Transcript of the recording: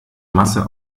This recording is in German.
masse